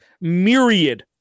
myriad